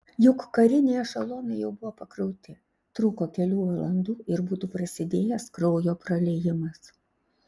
juk kariniai ešelonai jau buvo pakrauti trūko kelių valandų ir būtų prasidėjęs kraujo praliejimas